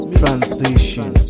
transition